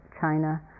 China